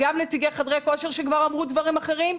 גם נציגי חדרי הכושר שכבר אמרו דברים אחרים,